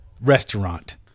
restaurant